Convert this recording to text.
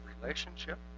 relationship